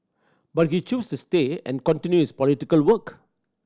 but he chose to stay and continue his political work